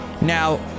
Now